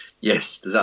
Yes